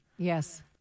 Yes